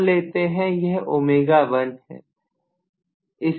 मान लेते हैं यह ω1 है